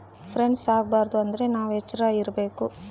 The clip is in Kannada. ಫ್ರಾಡ್ಸ್ ಆಗಬಾರದು ಅಂದ್ರೆ ನಾವ್ ಎಚ್ರ ಇರ್ಬೇಕು